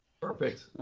Perfect